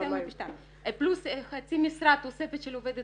מפי 2. פלוס חצי משרה תוספת של עובדת